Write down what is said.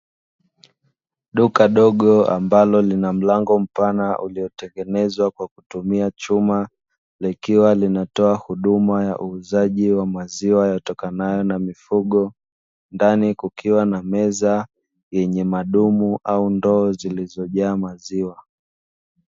Duka dogo ambalo lina mlango mpana uliotengezwa kwa kutumia chuma, likiwa linatoa huduma ya uuzaji wa maziwa yatokanayo na mifugo ndani kukiwa na meza yenye madumu au ndoo zilizojaa maziwa.